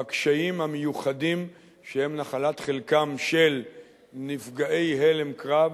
בקשיים המיוחדים שהם מנת חלקם של נפגעי הלם קרב,